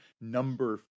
number